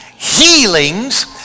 healings